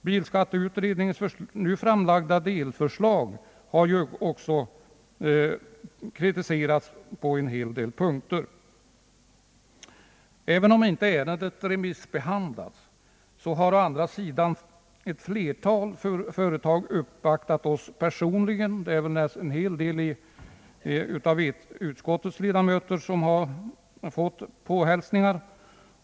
Bilskatteutredningens nu framlagda delförslag har också kritiserats på en hel del punkter. även om ärendet icke remissbehandlats så har å andra sidan ett flertal företag uppvaktat oss personligen, och även en hel del av utskottets ledamöter har fått enskilda påhälsningar.